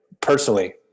personally